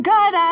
God